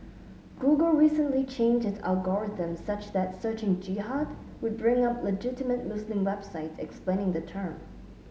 google recently changed its algorithms such that searching Jihad would bring up legitimate Muslim websites explaining the term